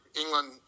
England